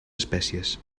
espècies